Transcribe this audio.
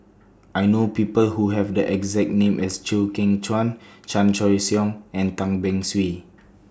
I know People Who Have The exact name as Chew Kheng Chuan Chan Choy Siong and Tan Beng Swee